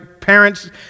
Parents